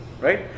Right